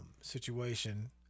situation